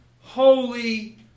holy